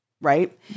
Right